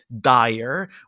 dire